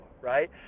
right